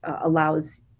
allows